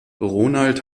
ronald